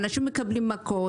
אנשים מקבלים מכות,